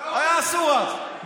היה אסור אז.